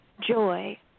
joy